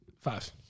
Five